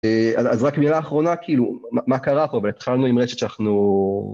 אז רק מילה אחרונה, כאילו, מה קרה פה, אבל התחלנו עם רשת שאנחנו...